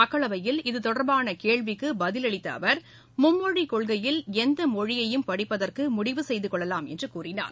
மக்களவையில் இது தொடர்பான கேள்விக்குப் பதிலளித்த அவர் மும்மொழிக் கொள்கையில் எந்த மொழியையும் படிப்பதற்கு முடிவு செய்து கொள்ளலாம் என்று கூறினார்